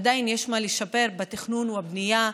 עדיין יש מה לשפר בתכנון ובבנייה,